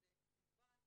וזה כמובן